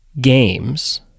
games